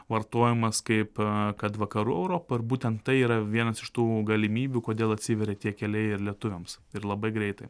vartojimas kaip kad vakarų europa ir būtent tai yra vienas iš tų galimybių kodėl atsiveria tie keliai lietuviams ir labai greitai